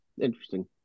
interesting